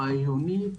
רעיוני,